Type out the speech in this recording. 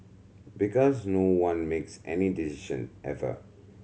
because no one makes any decision ever